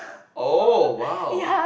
oh !wow!